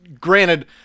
Granted